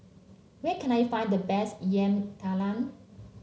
where can I find the best Yam Talam